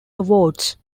awards